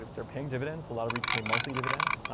ah they're paying dividends. a lot of reits pay monthly dividends.